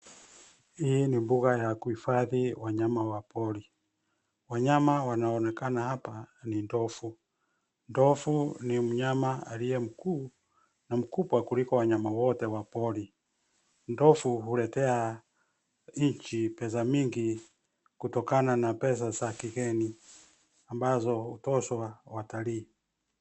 Hii ni mbuga ya kuhifadhi wanyama wa pori. Wanyama wanaonekana hapa ni ndovu. Ndovu ni mnyama aliye mkuu na mkubwa kuliko wanyama wote wa pori. Ndovu huletea nchi pesa mingi kutokana na pesa za kigeni ambazo hutozwa watalii.